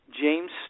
James